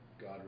God